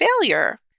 failure